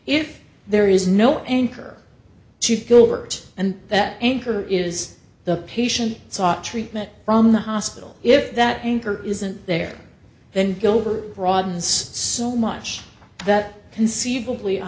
if there is no anchor to gilbert and that anchor is the patient sought treatment from the hospital if that anchor isn't there then gilbert broadens so much that conceivably a